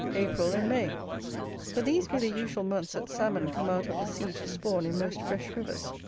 april, and may for these be the usual months that salmon come out of the sea to spawn in most fresh rivers.